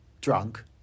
drunk